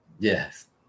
yes